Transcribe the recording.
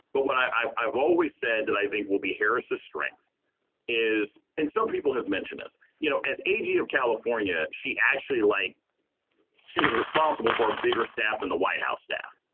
but what i've i've always said that i think will be here is the strength is and some people have mentioned us you know as a g. of california. she actually, like she was responsible for a bigger staff than the white house staff.